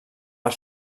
per